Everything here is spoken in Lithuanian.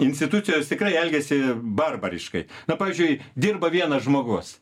institucijos tikrai elgiasi barbariškai na pavyzdžiui dirba vienas žmogus